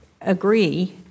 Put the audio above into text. agree